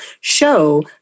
show